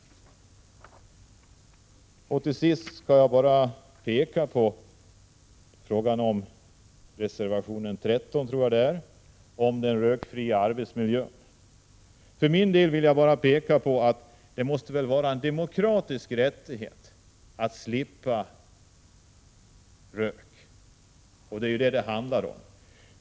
Till sist vill jag säga några ord om reservation 13 om rökfri arbetsmiljö. Det måste vara en demokratisk rättighet att slippa rök. Det är vad det handlar om.